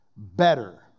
better